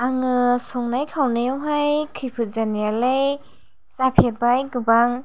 आङो संनाय खावनायाव हाय खैफोद जानायालाय जाफेरबाय गोबां